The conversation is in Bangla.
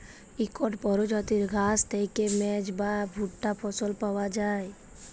ইকট পরজাতির ঘাঁস থ্যাইকে মেজ বা ভুট্টা ফসল পাউয়া যায়